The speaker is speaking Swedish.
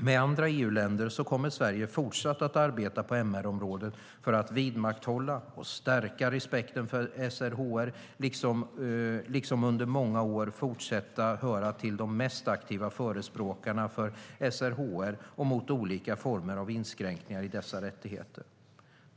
med andra EU-länder kommer Sverige fortsatt att arbeta på MR-området för att vidmakthålla och stärka respekten för SRHR och liksom under många år fortsätta höra till de mest aktiva förespråkarna för SRHR och mot olika former av inskränkningar i dessa rättigheter.